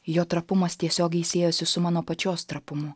jo trapumas tiesiogiai siejosi su mano pačios trapumu